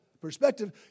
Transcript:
perspective